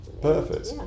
Perfect